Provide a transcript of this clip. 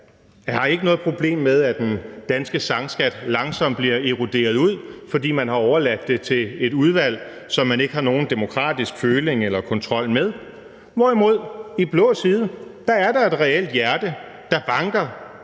har ikke noget problem med, at den danske sangskat langsomt bliver eroderet ud, fordi man har overladt det til et udvalg, som man ikke har nogen demokratisk føling eller kontrol med, hvorimod der i blå side er et reelt hjerte, der banker